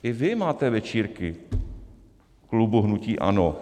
I vy máte večírky klubu hnutí ANO.